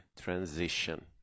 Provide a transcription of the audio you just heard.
transition